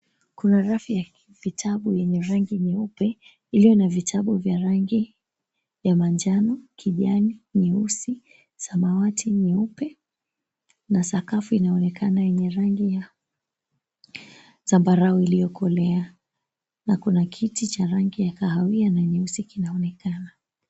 Kuna rafu ya vitabu yenye rangi nyeupe ilio na vitabu vya rangi ya manjano, kijani, nyeusi, samawati, nyeupe na sakafu inaonekana yenye rangi ya zambarau iliokolea na kuna kiti cha rangi ya kahawia na nyeusi kinaonekana.